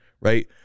right